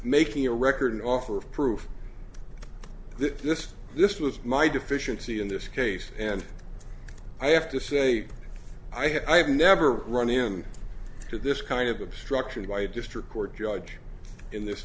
making a record offer of proof that this this was my deficiency in this case and i have to say i have never run in to this kind of obstruction by district court judge in this